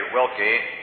Wilkie